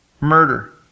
murder